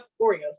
Oreos